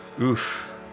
Oof